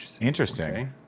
Interesting